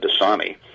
Dasani